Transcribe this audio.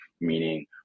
meaning